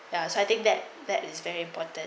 ya so I think that that is very important